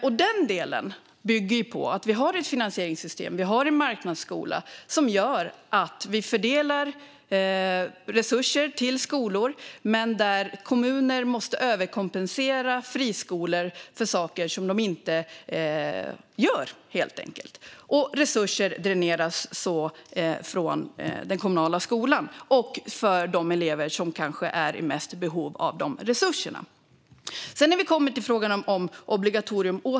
Och den delen bygger på att vi har ett finansieringssystem och en marknadsskola som gör att vi fördelar resurser till skolor och att kommuner måste överkompensera friskolor för saker som de inte gör, helt enkelt. Så dräneras resurser från den kommunala skolan och från de elever som kanske är i mest behov av de resurserna. Sedan kommer vi återigen till frågan om obligatorium.